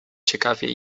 ciekawie